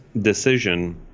decision